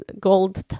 gold